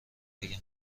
بگم